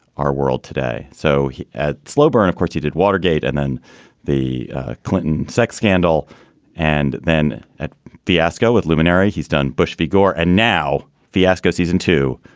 our world today. so at slow burn, of course, he did watergate and then the clinton sex scandal and then at the asco with luminary he's done bush v. gore and now fiasco. season two,